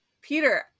peter